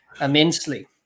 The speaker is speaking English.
immensely